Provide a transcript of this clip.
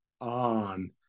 on